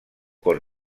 con